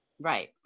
Right